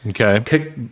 okay